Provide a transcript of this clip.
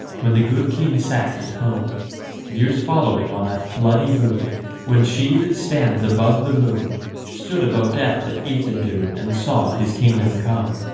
when the good king sat at home years following on that bloody boon when she that stands above the moon stood above death at ethandune and saw his kingdom come